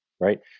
right